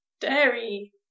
dairy